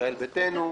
ישראל ביתנו,